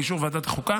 באישור ועדת החוקה,